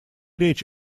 речь